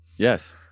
Yes